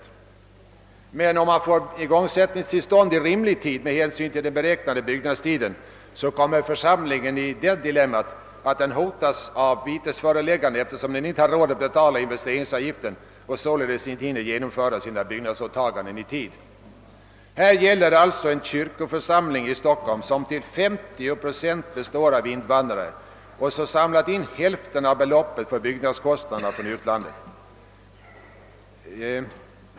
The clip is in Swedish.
Om församlingen får igångsättningstillstånd i rimlig tid med hänsyn till den beräknade byggnadstiden, kommer den i det dilemmat att den hotas av vitesföreläggande, eftersom den inte har råd att betala investeringsavgiften och således inte hinner genomföra sina byggnadsåtaganden tillräckligt snabbt. Här gäller det alltså en kyrkoförsamling i Stockholm som till 50 procent består av invandrare och som samlat in hälften av beloppet för byggnadskostnaderna från utlandet.